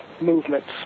movements